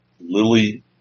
Lily